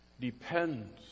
depends